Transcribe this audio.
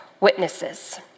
witnesses